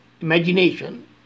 imagination